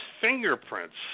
fingerprints